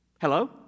Hello